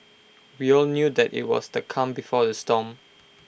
we all knew that IT was the calm before the storm